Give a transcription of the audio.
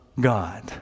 God